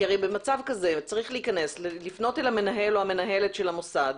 כי במצב כזה צריך לפנות למנהל המוסד,